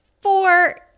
four